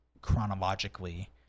chronologically